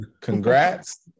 congrats